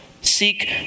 Seek